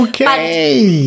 Okay